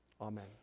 amen